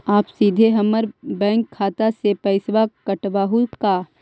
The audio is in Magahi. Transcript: आप सीधे हमर बैंक खाता से पैसवा काटवहु का?